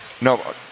No